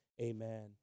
amen